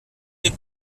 les